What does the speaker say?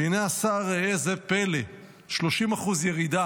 והינה, השר, ראה זה פלא: 30% ירידה